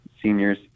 seniors